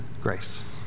grace